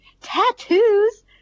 tattoos